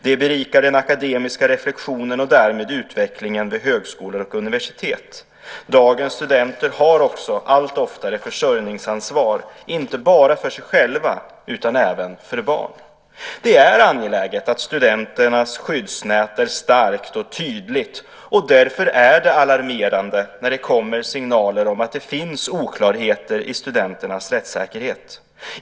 Det berikar den akademiska reflexionen och därmed utvecklingen vid högskolor och universitet. Dagens studenter har också allt oftare försörjningsansvar inte bara för sig själva utan även för barn. Det är angeläget att studenternas skyddsnät är starkt och tydligt. Därför är det alarmerande när det kommer signaler om att det finns oklarheter i studenternas rättssäkerhet.